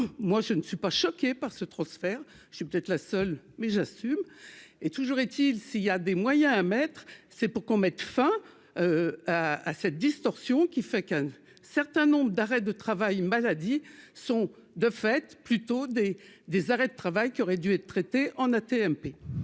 moi je ne suis pas choqué par ce transfert, je suis la seule mais j'assume, et toujours est-il, si il y a des moyens à mettre, c'est pour qu'on mette fin à cette distorsion qui fait qu'un certain nombre d'arrêts de travail maladie sont de fait plutôt des des arrêts de travail qui aurait dû être traité en AT-MP.